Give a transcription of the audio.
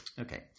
Okay